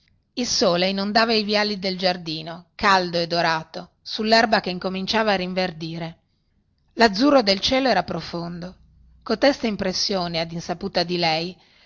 il sole inondava i viali del giardino caldo e dorato sullerba che incominciava a rinverdire lazzurro del cielo era profondo coteste impressioni ad insaputa di lei